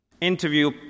interview